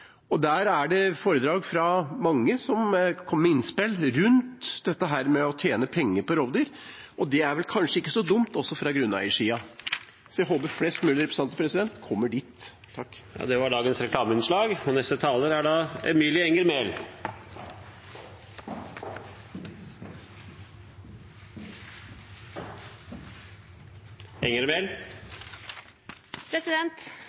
Der er det mange foredrag, og de kommer med innspill rundt det å tjene penger på rovdyr. Det er kanskje ikke så dumt – heller ikke fra grunneiersiden. Jeg håper flest mulig representanter kommer dit. Det var dagens reklameinnslag.